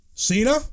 Cena